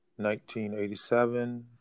1987